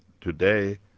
Today